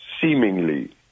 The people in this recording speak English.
seemingly